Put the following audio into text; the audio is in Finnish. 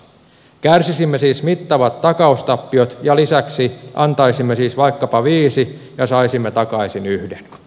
kärsisimme siis mittavat takaustappiot ja lisäksi antaisimme siis vaikkapa viisi ja saisimme takaisin yhden y